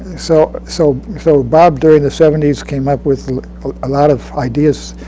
so so so bob, during the seventy s, came up with a lot of ideas,